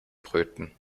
brüten